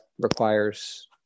requires